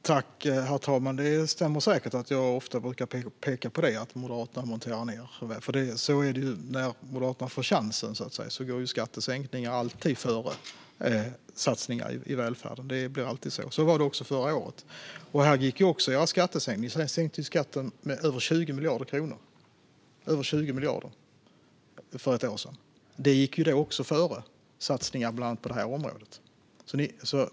Herr talman! Det stämmer säkert att jag ofta pekar på att Moderaterna monterar ned vår välfärd. Så är det när Moderaterna får chansen. Skattesänkningar går alltid före satsningar i välfärden. Det är alltid så, och så var det också förra året. Ni sänkte skatten med över 20 miljarder kronor för ett år sedan. Det gick före satsningar på bland annat det här området.